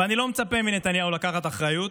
ואני לא מצפה מנתניהו לקחת אחריות,